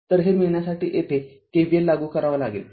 तर हे मिळण्यासाठी येथे K V L लागू करावा लागेल